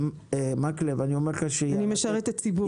אני משרתת ציבור.